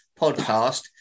podcast